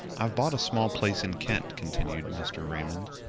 i've bought a small place in kent, continued mr. raymond,